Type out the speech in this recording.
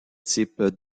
types